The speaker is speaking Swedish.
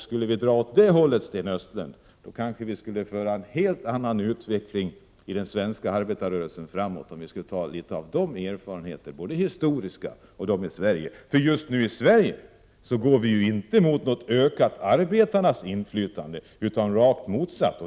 Skulle vi dra åt det hållet, Sten Östlund, kanske vi skulle föra den svenska arbetarrörelsens utveckling framåt på ett helt annat sätt, om vi tog litet av sådana erfarenheter, både historiska och dem från Sverige. Just nu går vi i Sverige ju inte mot något ökat arbetarnas inflytande, utan i rakt motsatt riktning.